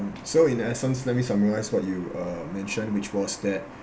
so in essence let me summarise what you uh mention which was that